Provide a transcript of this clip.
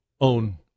own